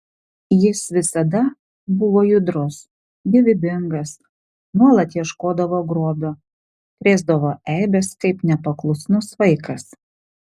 jis visada buvo judrus gyvybingas nuolat ieškodavo grobio krėsdavo eibes kaip nepaklusnus vaikas